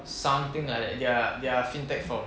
something like that they are they are fin tech firm